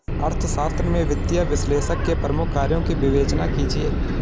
अर्थशास्त्र में वित्तीय विश्लेषक के प्रमुख कार्यों की विवेचना कीजिए